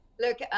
look